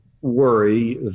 worry